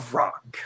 rock